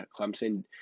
Clemson